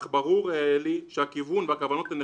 אך ברור לי שהכיוון והכוונות נכונים.